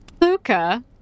Luca